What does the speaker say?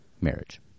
marriage